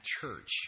church